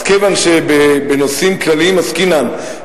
אז כיוון שבנושאים כלליים עסקינן,